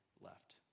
left